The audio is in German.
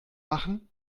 machen